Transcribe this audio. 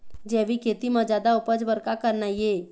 जैविक खेती म जादा उपज बर का करना ये?